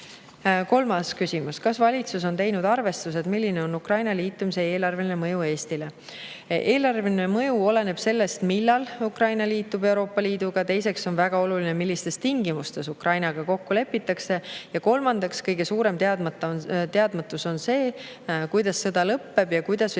küsimus: "Kas valitsus on teinud arvestused, milline on Ukraina liitumise eelarveline mõju Eestile?" Eelarveline mõju oleneb sellest, millal Ukraina liitub Euroopa Liiduga. Teiseks on väga oluline, millistes tingimustes Ukrainaga kokku lepitakse, ja kolmandaks, kõige suurem teadmatus on see, kuidas sõda lõpeb ja kuidas võib